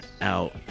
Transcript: out